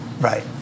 right